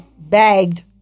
bagged